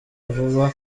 vuba